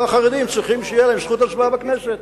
החרדים צריכה להיות להם זכות הצבעה לכנסת.